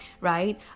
right